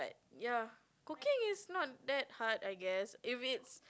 ya cooking is not that hard I guess if it's